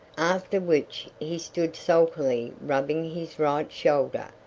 after which he stood sulkily rubbing his right shoulder,